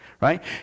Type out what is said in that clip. Right